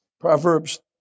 Proverbs